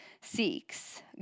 seeks